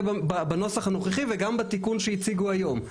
בנוסח הנוכחי וגם בתיקון שהציגו היום?